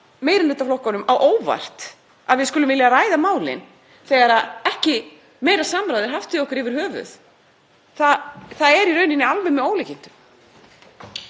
meirihlutaflokkunum á óvart að við skulum vilja ræða málin þegar ekki er meira samráð haft við okkur yfir höfuð er í rauninni alveg með ólíkindum.